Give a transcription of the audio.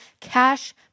cash